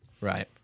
Right